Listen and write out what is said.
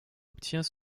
obtient